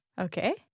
Okay